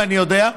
ואני יודע,